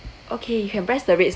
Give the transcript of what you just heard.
okay you can press the red